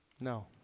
No